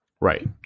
Right